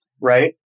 Right